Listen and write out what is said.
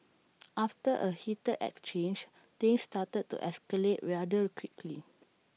after A heated exchange things started to escalate rare rather quickly